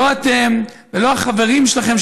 לא אתם ולא החברים שלכם,